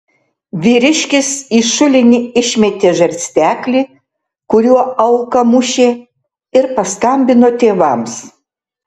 vyriškis į šulinį išmetė žarsteklį kuriuo auką mušė ir paskambino tėvams